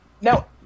Now